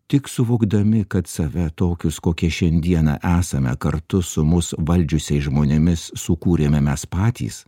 tik suvokdami kad save tokius kokie šiandieną esame kartu su mus valdžiusiais žmonėmis sukūrėme mes patys